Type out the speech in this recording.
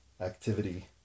activity